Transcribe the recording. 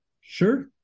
Sure